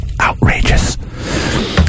outrageous